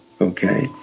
okay